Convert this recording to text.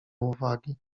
uwagi